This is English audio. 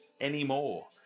anymore